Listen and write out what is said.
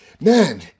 man